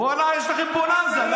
ואללה, יש לכם בוננזה.